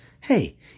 Hey